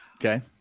Okay